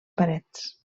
parets